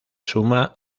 suma